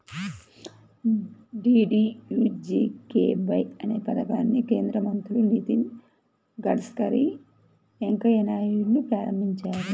DDUGKY అనే పథకాన్ని కేంద్ర మంత్రులు నితిన్ గడ్కరీ, వెంకయ్య నాయుడులు ప్రారంభించారు